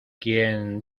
quien